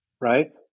right